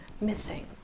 missing